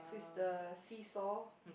the seesaw